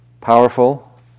powerful